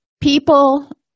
People